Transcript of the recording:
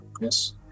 Yes